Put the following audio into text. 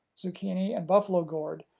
zucchini and buffalo gourd,